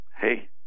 Hey